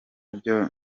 byo